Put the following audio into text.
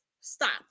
stop